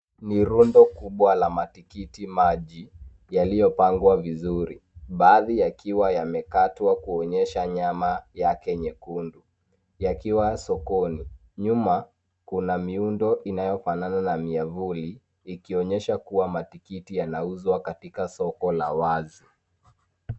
Ni rundo kubwa la matikiti maji yaliyopangwa vizuri. Baadhi yakiwa yamekatwa kuonyesha nyama yake nyekundu yakiwa sokoni. Nyuma kuna miundo inayofanana na miavuli ikionyesha kuwa matikiti yanauzwa katika soko la wazi.